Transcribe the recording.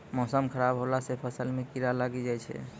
मौसम खराब हौला से फ़सल मे कीड़ा लागी जाय छै?